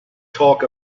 talk